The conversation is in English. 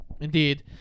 indeed